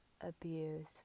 abuse